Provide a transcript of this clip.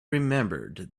remembered